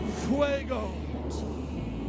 Fuego